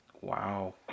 Wow